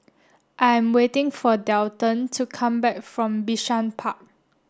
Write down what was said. I am waiting for Delton to come back from Bishan Park